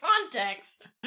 context